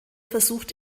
versucht